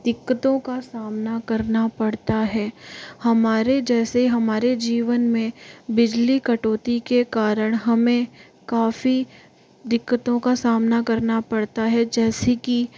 दिक्कतों का सामना करना पड़ता है हमारे जैसे हमारे जीवन में बिजली कटौती के कारण हमें काफ़ी दिक्कतों का सामना करना पड़ता है जैसे कि